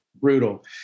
brutal